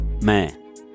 Man